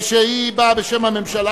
שאני מבין שהיא באה בשם הממשלה,